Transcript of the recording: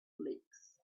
lakes